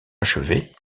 achevée